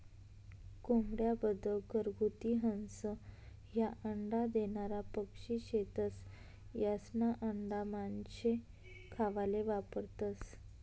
कोंबड्या, बदक, घरगुती हंस, ह्या अंडा देनारा पक्शी शेतस, यास्ना आंडा मानशे खावाले वापरतंस